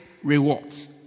Rewards